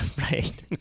right